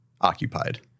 occupied